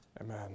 Amen